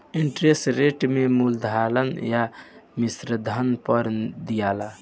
interest rate के मूलधन या त मिश्रधन पर दियाला